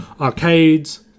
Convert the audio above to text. arcades